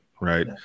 Right